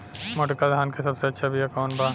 मोटका धान के सबसे अच्छा बिया कवन बा?